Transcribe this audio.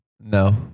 No